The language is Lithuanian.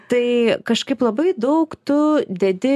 tai kažkaip labai daug tu dedi